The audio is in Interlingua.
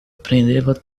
prendeva